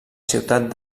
ciutat